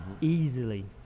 easily